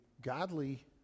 godly